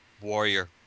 Warrior